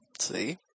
See